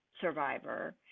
survivor